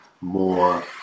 more